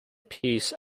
peace